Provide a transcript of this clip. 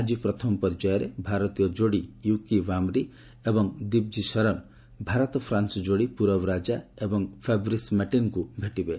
ଆଜି ପ୍ରଥମ ପର୍ଯ୍ୟାୟରେ ଭାରତୀୟ ଯୋଡ଼ି ୟୁକି ଭାମ୍ରି ଏବଂ ଦୀପ୍ଜି ସରଣ ଭାରତ ଫ୍ରାନ୍ସ ଯୋଡ଼ି ପୁରବ ରାଜ୍ଚା ଏବଂ ଫାବ୍ରିସ୍ ମାଟିନ୍ଙ୍କୁ ଭେଟିବେ